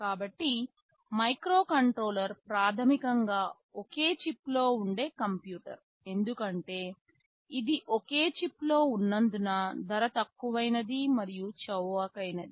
కాబట్టి మైక్రోకంట్రోలర్ ప్రాథమికంగా ఒకే చిప్లో ఉండే కంప్యూటర్ ఎందుకంటే ఇది ఒకే చిప్లో ఉన్నందున ధర తక్కువైనది మరియు చవకైనది